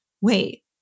wait